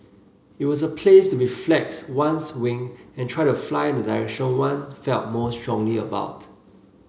it was a place to be flex one's wing and try to fly in the direction one felt most strongly about